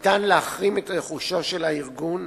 ניתן להחרים את רכושו של הארגון,